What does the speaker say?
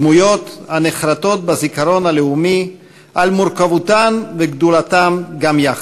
דמויות הנחרתות בזיכרון הלאומי על מורכבותן וגדלותן גם יחד.